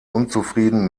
unzufrieden